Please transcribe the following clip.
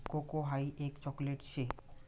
cocoa हाई एक chocolate शे